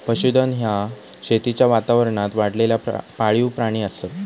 पशुधन ह्या शेतीच्या वातावरणात वाढलेला पाळीव प्राणी असत